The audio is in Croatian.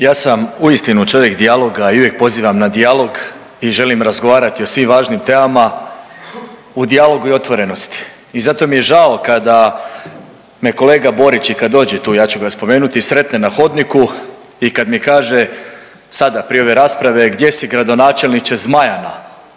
Ja sam uistinu čovjek dijaloga i uvijek pozivam na dijalog i želim razgovarati o svim važnim temama u dijalogu i otvorenosti i zato mi je žao kada me kolega Borić i kada dođe tu, ja ću ga spomenuti, sretne na hodniku i kad mi kaže, sada prije ove rasprave, gdje si, gradonačelniče Zmajana.